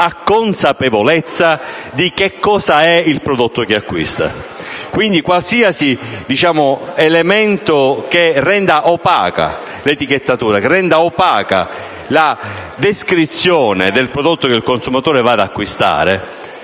ha consapevolezza di cosa è il prodotto che acquista. Quindi, qualsiasi elemento che renda opaca l'etichettatura e la descrizione del prodotto che il consumatore va ad acquistare